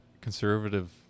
conservative